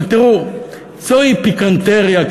אבל תראו, זוהי פיקנטריה.